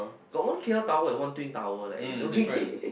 got one K_L tower and one twin tower leh eh don't